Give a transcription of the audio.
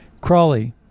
Crawley